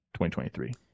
2023